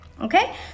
Okay